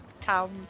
town